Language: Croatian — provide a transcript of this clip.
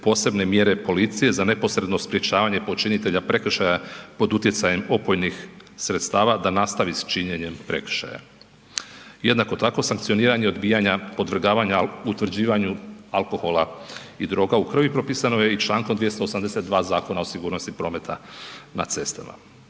posebne mjere policije za neposredno sprječavanje počinitelja prekršaja pod utjecajem opojnih sredstava da nastavi s činjenjem prekršaja. Jednako tako sankcioniranje odbijanja podvrgavanja utvrđivanju alkohola i droga u krvi propisano je i člankom 282. Zakona o sigurnosti prometa na cestama.